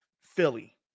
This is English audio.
Philly